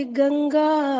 ganga